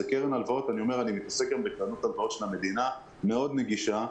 זאת קרן הלוואות אני מתעסק גם בקרנות הלוואות של המדינה מאוד נגישה.